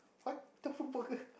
what the food burger